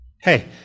Hey